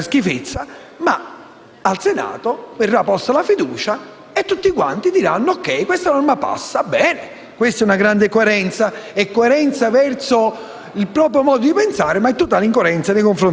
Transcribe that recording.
ma al Senato verrà posta la fiducia e tutti quanti saranno d'accordo nel farla passare. Questa è una grande prova di coerenza verso il proprio modo di pensare, ma di totale incoerenza nei confronti dei lavoratori.